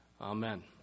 Amen